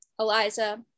Eliza